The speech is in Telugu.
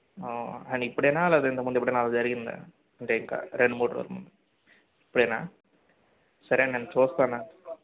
అని ఇప్పుడేనా లేకపోతే ఇంతకుముందు ఎప్పుడైనా అలా జరిగిందా అంటే ఇంకా రెండు మూడు రోజుల ముందు ఇప్పుడేనా సరేనండి చూస్తాను